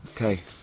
Okay